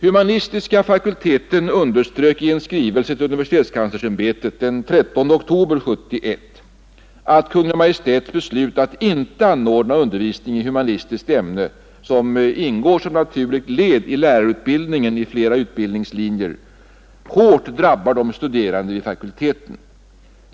Humanistiska fakulteten underströk i en skrivelse till universitetskanslersämbetet den 13 oktober 1971 att Kungl. Maj:ts beslut att inte anordna undervisning i humanistiskt ämne som ingår som naturligt led i lärarutbildningen vid flera utbildningslinjer hårt drabbar de studerande vid fakulteten.